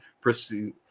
proceed